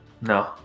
No